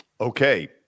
Okay